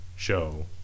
Show